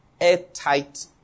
airtight